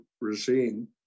regime